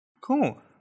cool